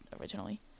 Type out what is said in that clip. originally